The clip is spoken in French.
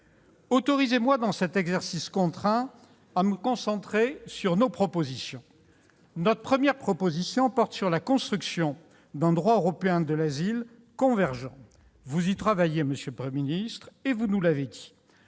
« oui ». Dans cet exercice contraint, je me concentrerai sur nos propositions. Notre première proposition porte sur la construction d'un droit européen de l'asile convergent. Monsieur le Premier ministre, vous nous l'avez dit,